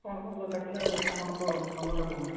କ'ଣ କ'ଣ ଦରକାର ଥିଲା ଆଉ ଆପଣଙ୍କ ରୁମ୍ ନମ୍ବରଟା କୁହନ୍ତୁ